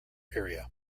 area